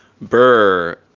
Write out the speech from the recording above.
Burr